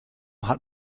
hat